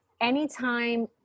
Anytime